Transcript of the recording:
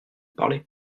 parler